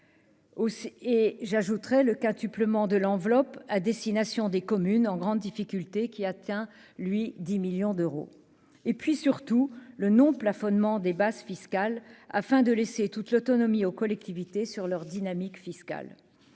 et j'ajouterai le quintuplement de l'enveloppe à destination des communes en grande difficulté qui atteint lui 10 millions d'euros, et puis surtout le non-plafonnement des bases fiscales afin de laisser toute l'autonomie aux collectivités sur leur dynamique fiscale,